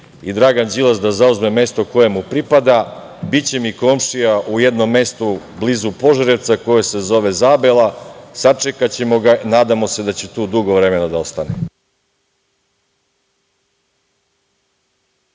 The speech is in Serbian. Dragan Đilas da zauzme mesto koje mu pripada. Biće mi komšija u jednom mestu blizu Požarevca, koje se zove Zabela. Sačekaćemo ga. Nadamo se da će tu dugo vremena da ostane.